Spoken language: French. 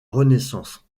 renaissance